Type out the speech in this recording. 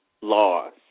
laws